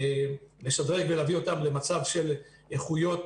לשדרג ולהביא אותם למצב של איכויות